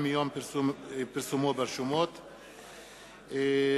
ברשות יושב-ראש הישיבה,